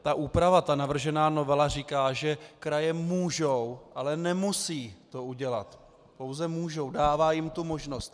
Ta úprava, navržená novela, říká, že kraje můžou, ale nemusí to udělat, pouze můžou, dává jim tu možnost.